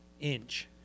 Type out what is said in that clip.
inch